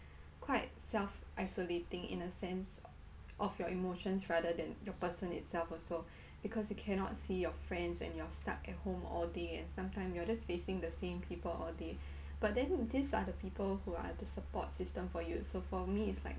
quite self isolating in a sense of your emotions rather than the person itself also because you cannot see your friends and you are stuck at home all day and sometime you are just facing the same people all day but then these are the people who are the support system for you so for me is like